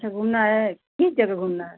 अच्छा घूमना है किस जगह घूमना है